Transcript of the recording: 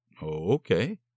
okay